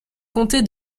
comté